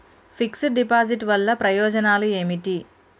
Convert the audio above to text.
Fix డ్ deposit వల్ల ప్రయోజనాలు ఏమిటి?